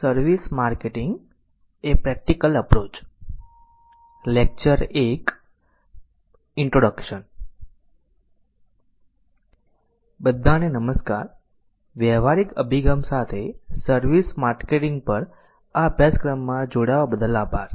બધાને નમસ્કાર વ્યવહારિક અભિગમ સાથે સર્વિસ માર્કેટિંગ પર આ અભ્યાસક્રમમાં જોડાવા બદલ આભાર